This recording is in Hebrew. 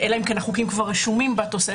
אלא אם כן החוקים כבר רשומים בתוספת,